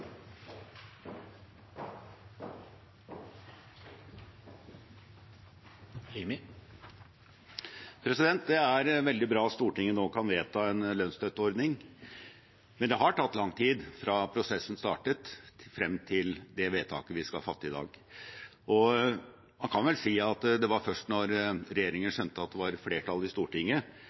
veldig bra at Stortinget nå kan vedta en lønnsstøtteordning, men det har tatt lang tid fra prosessen startet frem til det vedtaket vi skal fatte i dag. Man kan vel si at det var først da regjeringen skjønte at det var flertall i Stortinget,